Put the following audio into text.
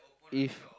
if